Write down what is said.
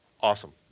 Awesome